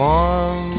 Warm